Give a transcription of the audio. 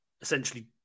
essentially